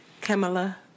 Kamala